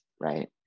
right